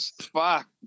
fuck